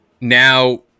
Now